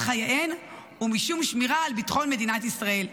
חייהן ומשום שמירה על ביטחון מדינת ישראל.